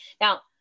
now